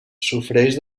sofreix